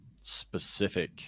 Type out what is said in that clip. specific